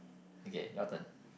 okay your turn